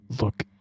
Look